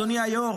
אדוני היושב-ראש,